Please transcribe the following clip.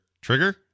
trigger